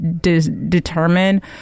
determine